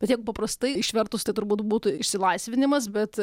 bet jeigu paprastai išvertus tai turbūt būtų išsilaisvinimas bet